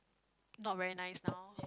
not very nice now